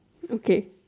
okay